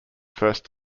first